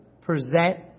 present